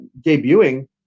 debuting